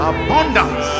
abundance